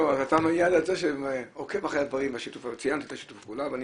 אתה עוקב אחרי הדברים וציינתי את שיתוף הפעולה ואני